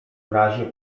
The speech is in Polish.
razie